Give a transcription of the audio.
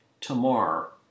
Tamar